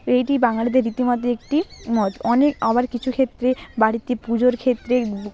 এইটি বাঙালিদের রীতি মতে একটি মত অনেক আবার কিছু ক্ষেত্রে বাড়িতে পুজোর ক্ষেত্রে